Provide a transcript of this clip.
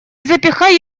запихай